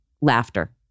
laughter